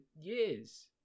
years